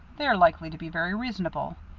they're likely to be very reasonable.